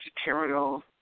material